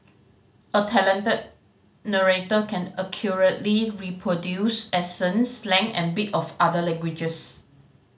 a talented narrator can accurately reproduce accents slang and bit of other languages